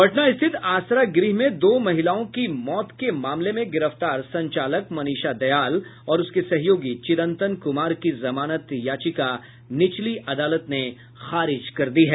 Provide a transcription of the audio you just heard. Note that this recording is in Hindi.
पटना स्थित आसरा गृह में दो महिलाओं की मौत के मामले में गिरफ्तार संचालक मनीषा दयाल और उसके सहयोगी चिरंतन कुमार की जमानत याचिका निचली अदालत ने खारिज कर दी है